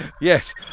Yes